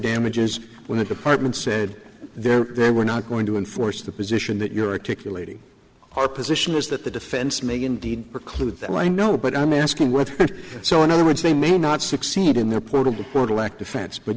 damages when the department said there they were not going to enforce the position that you're a kicker lady our position is that the defense may indeed preclude that i know but i'm asking what so in other words they may not succeed in their